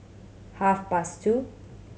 half past two